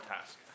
task